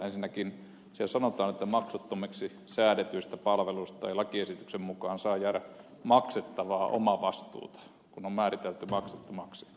ensinnäkin siellä sanotaan että maksuttomiksi säädetyistä palveluista ei lakiesityksen mukaan saa jäädä maksettavaa omavastuuta kun palvelu on määritelty maksuttomaksi